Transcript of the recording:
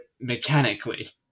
mechanically